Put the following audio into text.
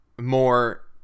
More